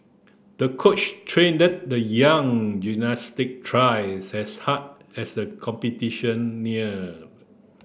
the coach trained the young gymnast twice as hard as the competition neared